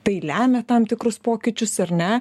tai lemia tam tikrus pokyčius ar ne